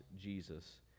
Jesus